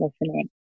listening